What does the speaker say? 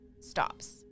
stops